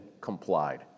complied